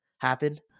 happen